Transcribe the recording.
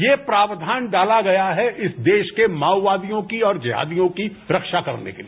ये प्रावधान डाला गया है इस देश के माओवादियों की और जेहादियों की रक्षा करने के लिए